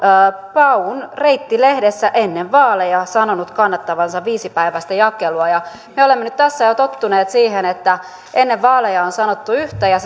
paun reitti lehdessä ennen vaaleja sanonut kannattavansa viisipäiväistä jakelua me olemme nyt tässä jo tottuneet siihen että ennen vaaleja on sanottu yhtä ja